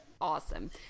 awesome